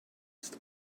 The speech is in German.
ist